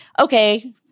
okay